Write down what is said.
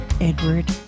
Edward